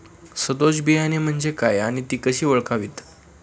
सदोष बियाणे म्हणजे काय आणि ती कशी ओळखावीत?